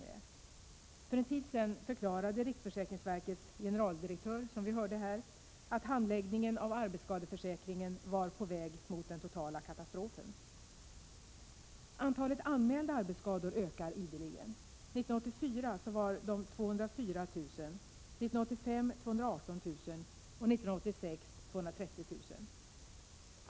Som vi hörde här förklarade för en tid sedan riksförsäkringsverkets generaldirektör att handläggningen av arbetsskadeförsäkringen var på väg mot den totala katastrofen. Antalet anmälda arbetsskador ökar ideligen. Det var 204 000 år 1984, 218 000 år 1985 och 230 000 år 1986.